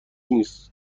نیست